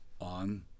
on